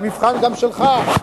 והמבחן גם שלך.